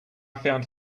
found